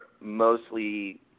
mostly